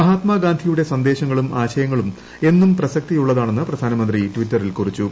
മഹാത്മാഗാന്ധിയുടെ സന്ദേശങ്ങളും ആശയങ്ങളും എന്നും പ്രസക്തിയുള്ളതാണെന്ന് പ്രധാനമന്ത്രി ട്വിറ്ററിൽ കുറിച്ചു